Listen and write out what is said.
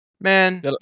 Man